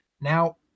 Now